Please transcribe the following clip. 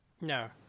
No